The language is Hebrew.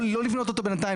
לא לבנות אותו בינתיים,